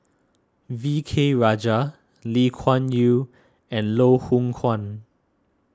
V K Rajah Lee Kuan Yew and Loh Hoong Kwan